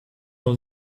all